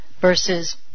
...versus